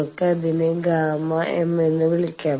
നമുക്ക് അതിനെ Γm എന്ന് വിളിക്കാം